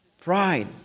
Pride